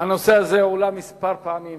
הנושא הזה הועלה כמה פעמים,